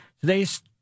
Today's